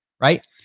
right